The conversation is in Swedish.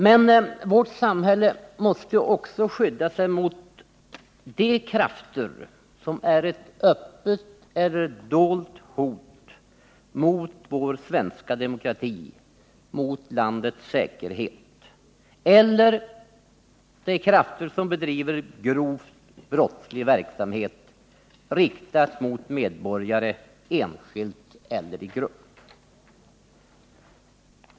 Men samhället måste också skydda sig mot de krafter som är ett öppet eller dolt hot mot vår svenska demokrati eller mot landets säkerhet, och mot de krafter som bedriver grov brottslig verksamhet, riktad mot medborgare — enskilda eller i grupp.